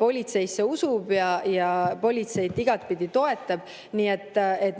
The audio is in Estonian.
politseisse usub ja politseid igatpidi toetab. Nii et minu